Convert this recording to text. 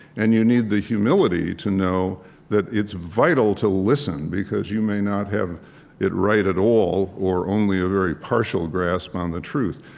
and you need the humility to know that it's vital to listen because you may not have it right at all or only a very partial grasp on the truth.